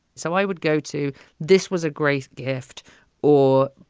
so i would go to this was a great gift or,